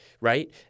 right